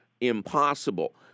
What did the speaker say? impossible